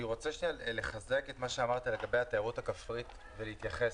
אני רוצה לחזק את מה שאמרת לגבי התיירות הכפרית ולהתייחס,